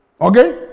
Okay